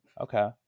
Okay